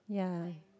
ya